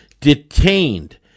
detained